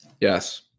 Yes